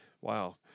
Wow